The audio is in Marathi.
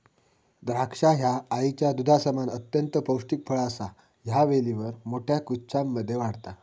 द्राक्षा ह्या आईच्या दुधासमान अत्यंत पौष्टिक फळ असा ह्या वेलीवर मोठ्या गुच्छांमध्ये वाढता